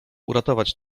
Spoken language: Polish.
uratować